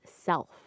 self